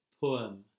poem